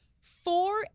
four